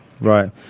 Right